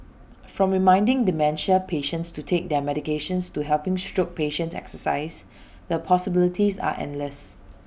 from reminding dementia patients to take their medications to helping stroke patients exercise the possibilities are endless